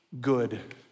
good